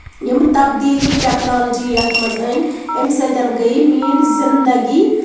یِم تَبدیٖلی ٹیٚکنالجی یَتھ منٛز أنۍ اَمہِ سۭتۍ گٔے میٲنۍ زِندگی